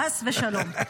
חס ושלום.